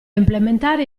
implementare